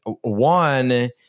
One